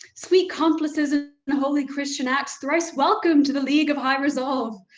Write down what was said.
sweet complices in holy christian acts, thrice welcome to the league of high resolve.